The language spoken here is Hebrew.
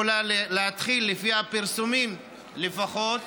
יכולה להתחיל, לפי הפרסומים לפחות,